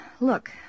Look